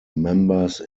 members